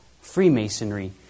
Freemasonry